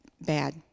bad